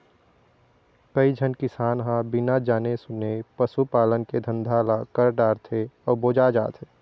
कइझन किसान ह बिना जाने सूने पसू पालन के धंधा ल कर डारथे अउ बोजा जाथे